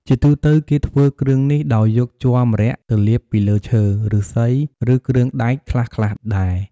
ជាទូទៅ គេធ្វើគ្រឿងនេះដោយយកជ័រម្រ័ក្សណ៍ទៅលាបពីលើឈើ ឫស្សី ឬ គ្រឿងដែកខ្លះៗដែរ។